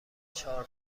چهار